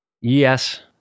Yes